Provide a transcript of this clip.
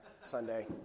Sunday